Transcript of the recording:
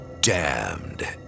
damned